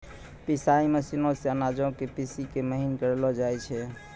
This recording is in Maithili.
पिसाई मशीनो से अनाजो के पीसि के महीन करलो जाय छै